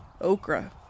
okra